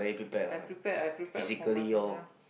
I prepare I prepare for myself ya